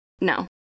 No